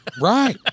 Right